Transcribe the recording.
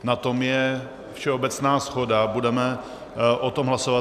Na tom je všeobecná shoda, budeme o tom hlasovat.